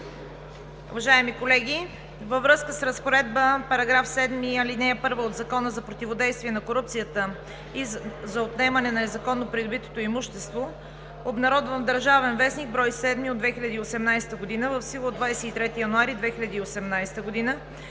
Уважаеми колеги, във връзка с разпоредбата на § 7, ал. 1 от Закона за противодействие на корупцията и за отнемане на незаконно придобитото имущество, обнародван в „Държавен вестник“, брой 7 от 2018 г. в сила от 23 януари 2018 г.,